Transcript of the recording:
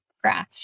crash